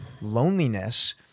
loneliness